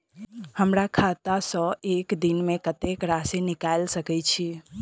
हमरा खाता सऽ एक दिन मे कतेक राशि निकाइल सकै छी